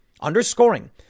underscoring